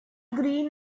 green